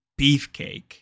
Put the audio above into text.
beefcake